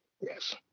Yes